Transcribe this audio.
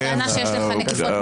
הטענה שיש לך נקיפות מצפון.